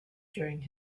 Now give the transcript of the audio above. during